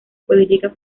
política